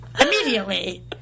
immediately